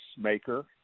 maker